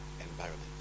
environment